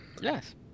Yes